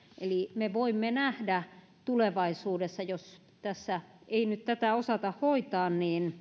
eli me voimme nähdä tulevaisuudessa jos tässä ei nyt tätä osata hoitaa